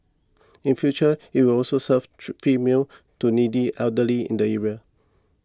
in future it will also serve tree free meals to needy elderly in the area